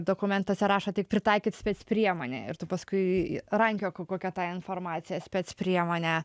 dokumentuose rašo tik pritaikyt specpriemonė ir tu paskui rankiok kokia tai informacija specpriemonė